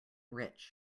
rich